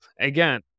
Again